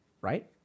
Right